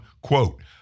quote